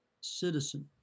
citizen